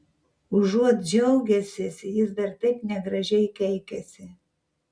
užuot džiaugęsis jis dar taip negražiai keikiasi